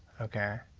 ok.